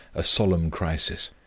a solemn crisis.